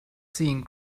seeing